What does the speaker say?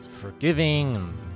forgiving